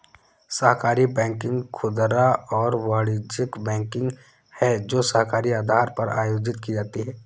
सहकारी बैंकिंग खुदरा और वाणिज्यिक बैंकिंग है जो सहकारी आधार पर आयोजित की जाती है